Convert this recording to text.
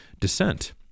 descent